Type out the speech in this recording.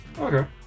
Okay